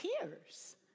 tears